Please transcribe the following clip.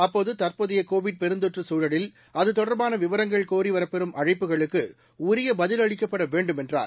அப்போது தற்போதைய கோவிட் பெருந்தொற்று சூழலில் அது தொடர்பான விவரங்கள் கோரி வரப்பெறும் அழைப்புகளுக்கு உரிய பதில் அளிக்கப்பட வேண்டும் என்றார்